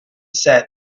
said